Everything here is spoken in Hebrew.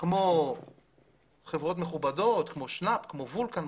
כמו שנאפ כמו וולקן,